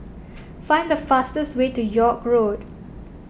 find the fastest way to York Road